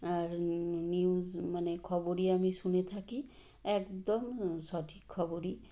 আর news মানে খবরই আমি শুনে থাকি একদম সঠিক খবরই